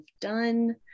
done